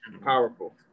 Powerful